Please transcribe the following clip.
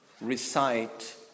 Recite